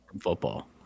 football